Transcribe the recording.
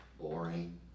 boring